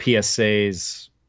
PSA's